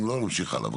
אם לא, נמשיך הלאה.